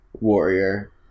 warrior